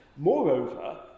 Moreover